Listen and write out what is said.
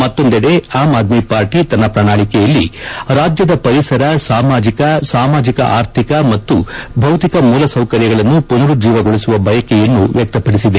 ಮತ್ತೊಂದೆಡೆ ಆಮ್ ಆದ್ಮಿ ಪಾರ್ಟಿ ತನ್ನ ಪ್ರಣಾಳಿಕೆಯಲ್ಲಿ ರಾಜ್ಯದ ಪರಿಸರ ಸಾಮಾಜಿಕ ಸಾಮಾಜಿಕ ಆರ್ಥಿಕ ಮತ್ತು ಭೌತಿಕ ಮೂಲ ಸೌಕರ್ಯಗಳನ್ನು ಮನರುಜ್ಜೀವಗೊಳಿಸುವ ಬಯಕೆಯನ್ನು ವ್ಯಕ್ತಪಡಿಸಿದೆ